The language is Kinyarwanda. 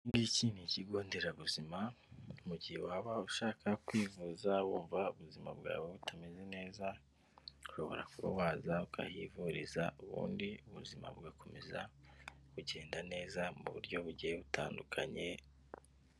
Iki ngiki n'ikigo nderabuzima mu gihe waba ushaka kwivuza wumva ubuzima bwawe butameze neza, ushobora kuba waza ukahivuriza ubundi ubuzima bugakomeza kugenda neza mu buryo bugiye butandukanye.